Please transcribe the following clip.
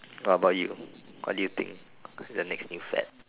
what about you what do you think is the next new fad